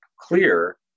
clear